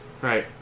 Right